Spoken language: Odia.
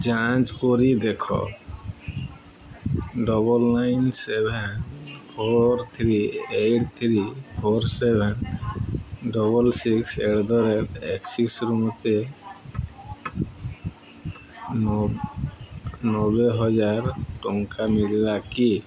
ଯାଞ୍ଚ କରି ଦେଖ double nine seven four three eight three four seven double six eight the rate ଏକ୍ସିସ୍ରୁ ମୋତେ ନବେହଜାର ଟଙ୍କା ମିଳିଲା କି